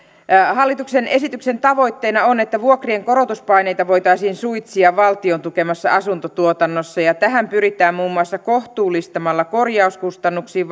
hallituksen esityksen tavoitteena on että vuokrien korotuspaineita voitaisiin suitsia valtion tukemassa asuntotuotannossa ja tähän pyritään muun muassa kohtuullistamalla korjauskustannuksiin